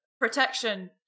protection